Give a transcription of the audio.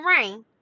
rain